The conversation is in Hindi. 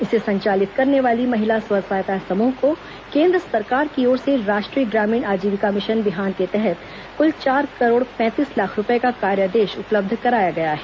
इसे संचालित करने वाली महिला स्व सहायता समूह को केंद्र सरकार की ओर से राष्ट्रीय ग्रामीण आजीविका मिशन बिहान के तहत क्ल चार करोड़ पैंतीस लाख रूपये का कार्यादेश उपलब्ध कराया गया है